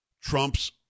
Trump's